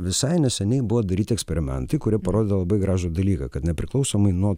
visai neseniai buvo daryti eksperimentai kurie parodė labai gražų dalyką kad nepriklausomai nuo